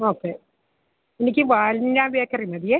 okay എനിക്ക് vanilla bakery മതി